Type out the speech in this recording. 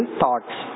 thoughts